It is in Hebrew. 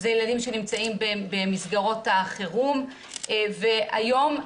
ילדים שנמצאים במסגרות החירום והיום,